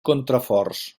contraforts